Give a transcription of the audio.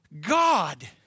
God